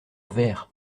verre